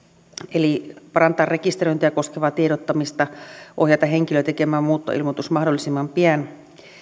eli tulisi parantaa rekisteröintiä koskevaa tiedottamista ohjata henkilöä tekemään muuttoilmoitus mahdollisimman pian